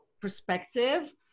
perspective